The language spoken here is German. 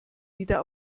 wieder